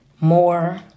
more